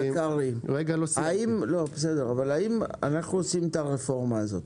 אנו עושים את הרפורמה הזאת.